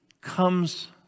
comes